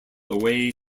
away